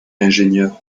l’ingénieur